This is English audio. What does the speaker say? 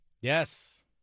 Yes